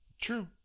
True